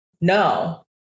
no